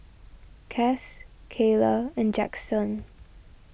Cass Kaylah and Jaxon